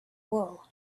wool